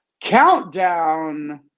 countdown